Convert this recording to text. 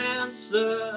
answer